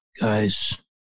guys